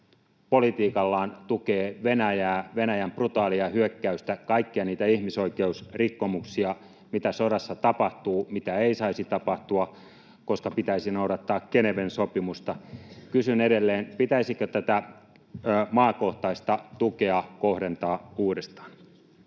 politiikallaan tukee Venäjää, Venäjän brutaalia hyökkäystä, kaikkia niitä ihmisoikeusrikkomuksia, mitä sodassa tapahtuu, mitä ei saisi tapahtua, koska pitäisi noudattaa Geneven sopimusta. Kysyn edelleen: pitäisikö tätä maakohtaista tukea kohdentaa uudestaan?